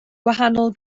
gwahanol